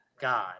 God